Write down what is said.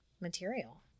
material